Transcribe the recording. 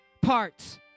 parts